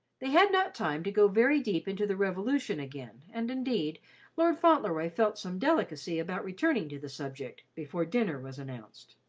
they had not time to go very deep into the revolution again, and indeed lord fauntleroy felt some delicacy about returning to the subject, before dinner was announced.